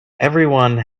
everyone